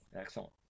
Excellent